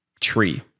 tree